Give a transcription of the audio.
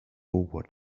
what